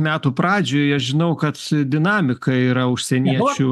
metų pradžioj aš žinau kad dinamika yra užsieniečių